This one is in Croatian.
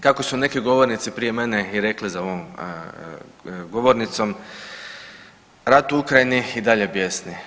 Kako su neki govornici prije mene i rekli za ovom govornicom rat u Ukrajini i dalje bijesni.